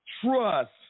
trust